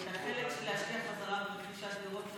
כי את החלק של להשקיע חזרה ברכישה של דירות,